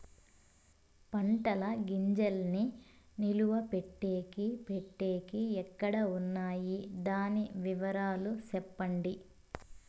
పంటల గింజల్ని నిలువ పెట్టేకి పెట్టేకి ఎక్కడ వున్నాయి? దాని వివరాలు సెప్పండి?